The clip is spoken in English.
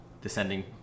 descending